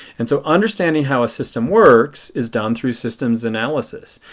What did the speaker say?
and so understanding how a system works is done through systems analysis.